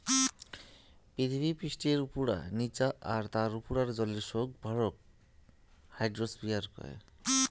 পিথীবি পিষ্ঠার উপুরা, নিচা আর তার উপুরার জলের সৌগ ভরক হাইড্রোস্ফিয়ার কয়